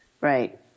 Right